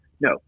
No